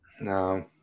No